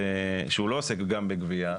שהוא לא עוסק גם בגבייה.